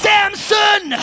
Samson